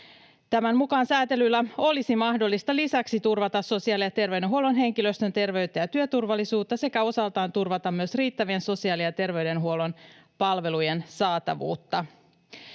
Tämän mukaan säätelyllä olisi mahdollista lisäksi turvata sosiaali‑ ja terveydenhuollon henkilöstön terveyttä ja työturvallisuutta sekä osaltaan turvata myös riittävien sosiaali‑ ja terveydenhuollon palvelujen saatavuutta.